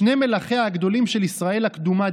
שני מלכיה הגדולים של ישראל הקדומה,